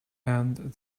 and